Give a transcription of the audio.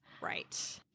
Right